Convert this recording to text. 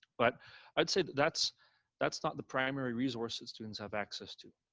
but i'd say that's that's not the primary resources students have access to.